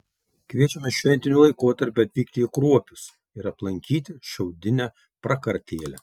kviečiame šventiniu laikotarpiu atvykti į kruopius ir aplankyti šiaudinę prakartėlę